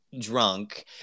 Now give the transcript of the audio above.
drunk